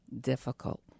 difficult